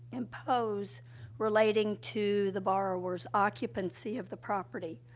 impose relating to the borrower's occupancy of the property.